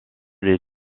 les